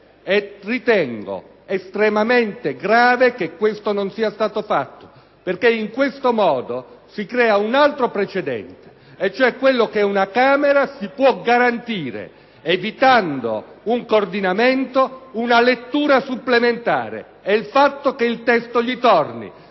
e ritengo estremamente grave che ciò non sia stato fatto. In questo modo, infatti, si crea un altro precedente, in virtù del quale una Camera può garantirsi, evitando un coordinamento, una lettura supplementare, il fatto che il testo gli torni,